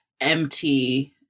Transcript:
empty